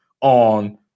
on